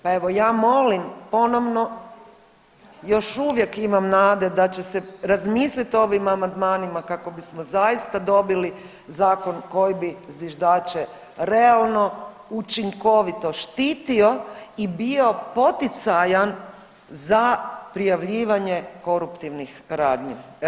Pa evo ja molim ponovno, još uvijek imam nade da će se razmisliti o ovim amandmanima kako bismo zaista dobili zakon koji bi zviždače realno, učinkovito štitio i bio poticajan za prijavljivanje koruptivnih radnji.